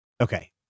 okay